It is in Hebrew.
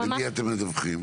למי אתם מדווחים?